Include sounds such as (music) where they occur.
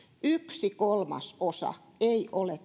yksi kolmasosa ei ole (unintelligible)